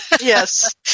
Yes